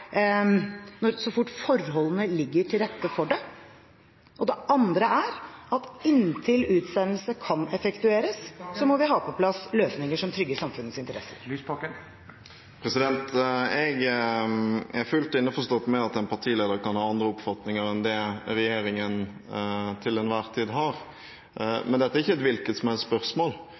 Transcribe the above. at inntil utsendelse kan effektueres, må vi ha på plass løsninger som trygger samfunnets interesser. Jeg er fullt innforstått med at en partileder kan ha andre oppfatninger enn det regjeringen til enhver tid har. Men dette er ikke et hvilket som helst spørsmål.